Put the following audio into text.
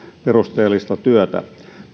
perusteellista työtä